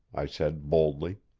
i said boldly.